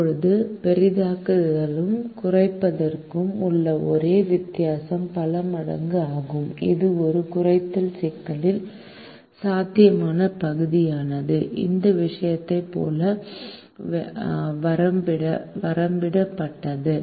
இப்போது பெரிதாக்குதலுக்கும் குறைப்பதற்கும் உள்ள ஒரே வித்தியாசம் பல மடங்கு ஆகும் இது ஒரு குறைத்தல் சிக்கலில் சாத்தியமான பகுதியானது இந்த விஷயத்தைப் போல வரம்பிடப்படாது